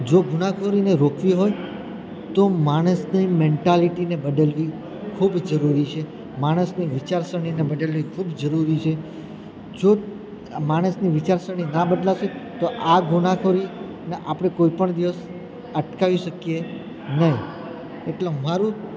જો ગુના ખોરીને રોકવી હોય તો માણસને મેન્ટાલિટીને બદલવી ખૂબ જરૂરી છે માણસની વિચારસરણીને બદલવી ખૂબ જરૂરી છે જો માણસની વિચારસરણી ના બદલાશે તો આ ગુના ખોરી ને આપણે કોઈપણ દિવસ અટકાવી શકીએ નહીં એટલે મારું